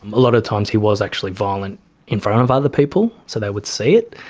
a lot of times he was actually violent in front of other people, so they would see it.